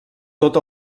tot